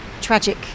tragic